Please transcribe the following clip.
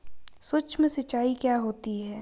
सुक्ष्म सिंचाई क्या होती है?